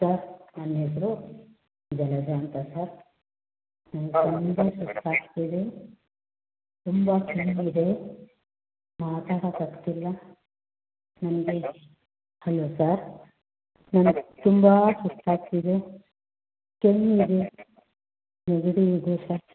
sir ನನ್ನ ಹೆಸರು ಜಲಜ ಅಂತ ಸರ್ ನಂಗೆ ತುಂಬ ಸುಸ್ತು ಆಗ್ತಿದೆ ತುಂಬ ಕೆಮ್ಮು ಇದೆ ಮಾತಾಡೋಕ್ ಆಗ್ತಿಲ್ಲ ನಮಗೆ ಹಲೋ ಸರ್ ನನಗೆ ತುಂಬ ಸುಸ್ತು ಆಗ್ತಿದೆ ಕೆಮ್ಮು ಇದೆ ನೆಗಡಿ ಇದೆ ಸರ್